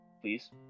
please